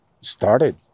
started